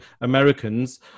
Americans